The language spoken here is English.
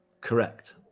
correct